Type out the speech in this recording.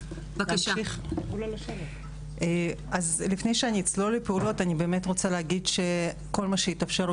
לפני שאני אצלול לפעולות אני באמת רוצה להגיד שכל מה שהתאפשר,